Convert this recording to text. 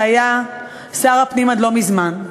שהיה שר הפנים עד לא מזמן,